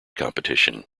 competition